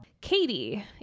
Katie